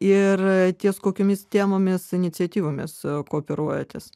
ir ties kokiomis temomis iniciatyvomis kooperuojatės